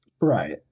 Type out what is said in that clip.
Right